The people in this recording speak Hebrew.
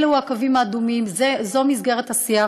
את הקווים האדומים: זו מסגרת השיח